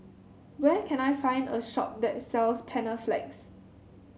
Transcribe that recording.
where can I find a shop that sells Panaflex